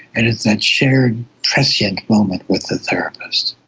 and it's that shared prescient moment with the therapist.